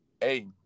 hey